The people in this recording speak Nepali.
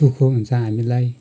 दु ख हुन्छ हामीलाई